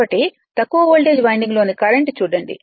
కాబట్టి తక్కువ వోల్టేజ్ వైండింగ్లోని కరెంట్ చూడండి